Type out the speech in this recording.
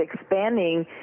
expanding